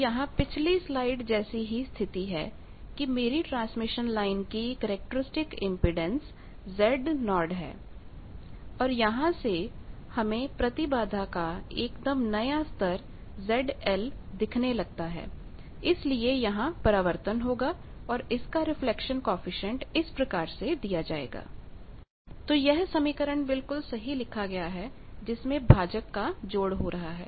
तो यहां पिछली स्लाइड जैसी ही स्थिति है कि मेरी ट्रांसमिशन लाइन की करैक्टरस्टिक इंपेडेंस Z0 है और यहां से हमें प्रतिबाधा का एकदम नया स्तर ZL दिखने लगता है इसलिए यहां परावर्तन होगा और इसका रिफ्लेक्शन कॉएफिशिएंट इस प्रकार से दिया जाएगा Γ ZL−Z0 ZLZ0 तो यह समीकरण बिल्कुल सही लिखा गया है जिसमें भाजक का जोड़ हो रहा है